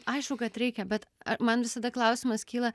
aišku kad reikia bet a man visada klausimas kyla